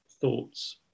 thoughts